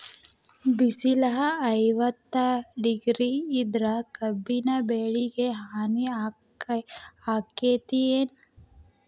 ಬಿಸಿಲ ಐವತ್ತ ಡಿಗ್ರಿ ಇದ್ರ ಕಬ್ಬಿನ ಬೆಳಿಗೆ ಹಾನಿ ಆಕೆತ್ತಿ ಏನ್?